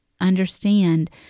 understand